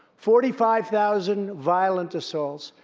forty five thousand violent assaults,